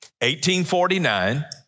1849